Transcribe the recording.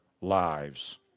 lives